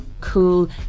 cool